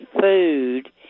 food